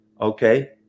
Okay